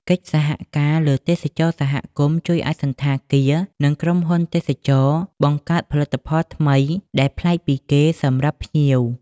កិច្ចសហការលើទេសចរណ៍សហគមន៍ ជួយឱ្យសណ្ឋាគារ និងក្រុមហ៊ុនទេសចរណ៍បង្កើតផលិតផលថ្មីដែលប្លែកពីគេសម្រាប់ភ្ញៀវ។